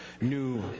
new